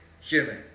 human